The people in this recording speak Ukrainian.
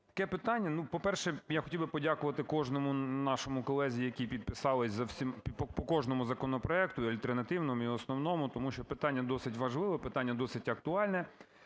Таке питання. Ну по-перше, я хотів би подякувати кожному нашому колезі, які підписались по кожному законопроекту – і альтернативному, і основному – тому що питання досить важливе, питання досить актуальне.